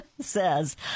says